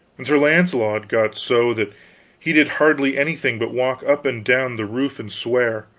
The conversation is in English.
and sir launcelot got so that he did hardly anything but walk up and down the roof and swear,